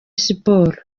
siporo